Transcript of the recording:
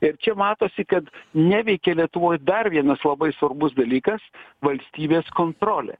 ir čia matosi kad neveikia lietuvoj dar vienas labai svarbus dalykas valstybės kontrolė